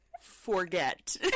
forget